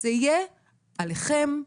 זה יהיה עליכם,